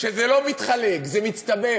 שזה לא מתחלק, זה מצטבר.